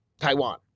Taiwan